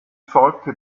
folgte